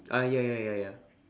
ah ya ya ya ya